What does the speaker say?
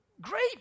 great